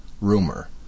rumor